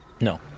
No